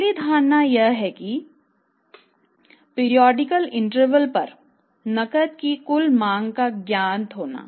अगली धारणा यह है कि आवधिक अंतराल पर नकद की कुल मांग का ज्ञात होना